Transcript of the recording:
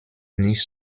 nicht